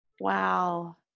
Wow